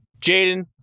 Jaden